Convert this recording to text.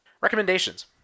Recommendations